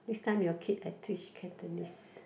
next time your kid I teach Cantonese